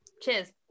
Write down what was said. cheers